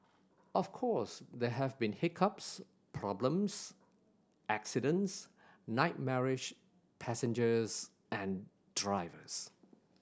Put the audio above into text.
of course there have been hiccups problems accidents nightmarish passengers and drivers